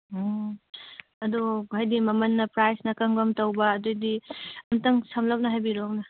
ꯑꯣ ꯑꯗꯣ ꯍꯥꯏꯗꯤ ꯃꯃꯟꯅ ꯄ꯭ꯔꯥꯏꯖꯅ ꯀꯔꯝ ꯀꯔꯝ ꯇꯧꯕ ꯑꯗꯨꯗꯤ ꯑꯃꯨꯛꯇꯪ ꯁꯝꯂꯞꯅ ꯍꯥꯏꯕꯤꯔꯛꯎꯅꯦ